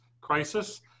crisis